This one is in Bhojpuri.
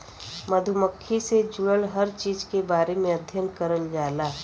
मधुमक्खी से जुड़ल हर चीज के बारे में अध्ययन करल जाला